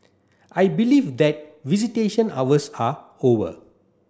I believe that visitation hours are over